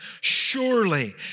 surely